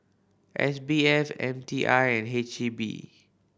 S B F M T I and H E B